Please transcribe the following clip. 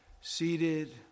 seated